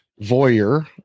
voyeur